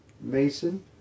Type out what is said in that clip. Mason